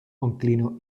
onklino